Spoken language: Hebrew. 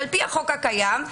לפי החוק הקיים,